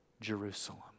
Jerusalem